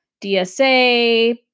DSA